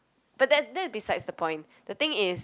but that that's beside the point the thing is